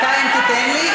דקה אם תיתן לי.